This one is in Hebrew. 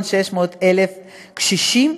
קשישים,